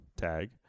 tag